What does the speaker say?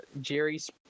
jerry's